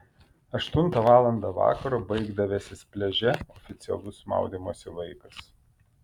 aštuntą valandą vakaro baigdavęsis pliaže oficialus maudymosi laikas